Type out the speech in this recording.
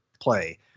play